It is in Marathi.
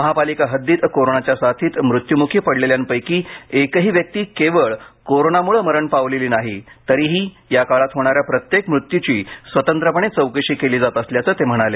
महापालिका हद्दीत कोरोनाच्या साथीत मृत्युमुखी पडलेल्यांपैकी एकही व्यक्ती केवळ कोरोनामुळं मरण पावलेली नाही तरीही या काळात होणाऱ्या प्रत्येक मृत्यूची स्वतंत्रपणे चौकशी केली जात असल्याचं ते म्हणाले